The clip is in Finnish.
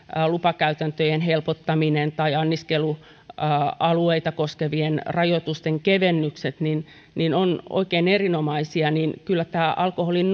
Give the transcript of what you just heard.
lupakäytäntöjen helpottaminen tai anniskelualueita koskevien rajoitusten kevennykset ovat oikein erinomaisia niin kyllä alkoholin